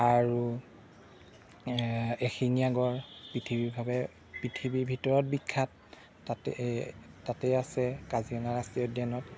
আৰু এশিঙিয়া গড় পৃথিৱীভাৱে পৃথিৱীৰ ভিতৰত বিখ্যাত তাত এই তাতে আছে কাজিৰঙা ৰাষ্ট্ৰীয় উদ্যানত